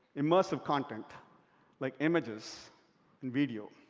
immersive content like images and video.